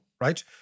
Right